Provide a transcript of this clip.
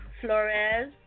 Flores